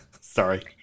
sorry